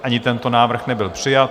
Ani tento návrh nebyl přijat.